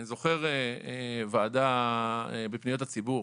אני זוכר ועדה בפניות הציבור,